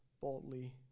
boldly